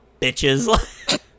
bitches